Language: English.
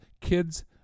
kids